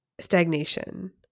stagnation